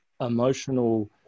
emotional